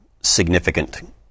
significant